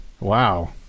Wow